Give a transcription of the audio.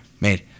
made